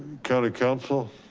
county counsel?